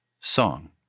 song